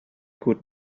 could